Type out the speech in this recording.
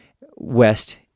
west